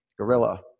Gorilla